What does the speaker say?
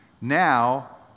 Now